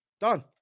Done